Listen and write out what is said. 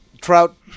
Trout